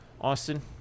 Austin